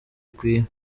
bikwiye